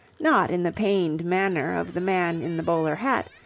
not in the pained manner of the man in the bowler hat,